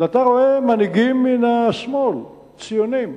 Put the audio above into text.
אתה רואה מנהיגים מן השמאל, ציונים,